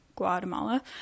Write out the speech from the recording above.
Guatemala